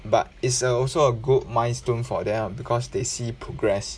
but it's a also a good milestone for them because they see progress